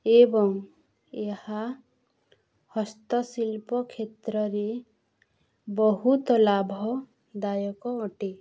ଏବଂ ଏହା ହସ୍ତଶିଳ୍ପ କ୍ଷେତ୍ରରେ ବହୁତ ଲାଭଦାୟକ ଅଟେ